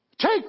Take